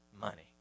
money